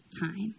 time